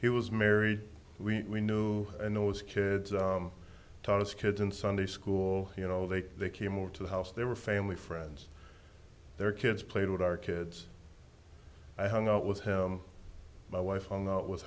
he was married we knew and those kids taught us kids in sunday school you know they came over to the house they were family friends their kids played with our kids i hung out with him my wife hung